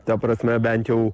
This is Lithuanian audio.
ta prasme bent jau